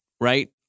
right